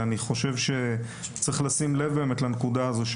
ובאמת צריך לשים לב לנקודה הזאת,